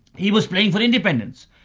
he was playing for independence.